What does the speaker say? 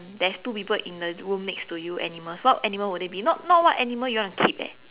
there's two people in the room next to you animals what animal would they be not not what animal you want to keep eh